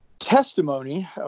Testimony